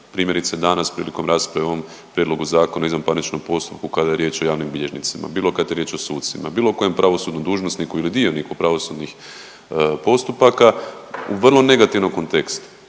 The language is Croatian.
primjerice danas prilikom rasprave o ovom prijedlogu Zakona o izvanparničnom postupka kada je riječ o javnim bilježnicima, bilo kad je riječ o sucima, bilo o kojem pravosudnom dužnosniku ili dioniku pravosudnih postupaka u vrlo negativnom kontekstu.